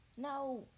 No